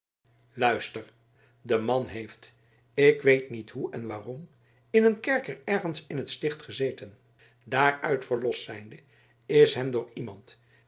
luister de man heeft ik weet niet hoe en waarom in een kerker ergens in het sticht gezeten daaruit verlost zijnde is hem door iemand